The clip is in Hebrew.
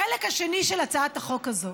החלק השני של הצעת החוק הזו